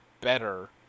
better